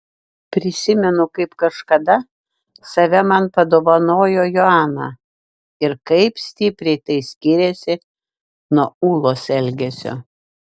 prisimenu kaip kažkada save man padovanojo joana ir kaip stipriai tai skyrėsi nuo ūlos elgesio